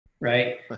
right